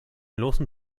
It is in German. losen